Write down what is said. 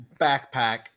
backpack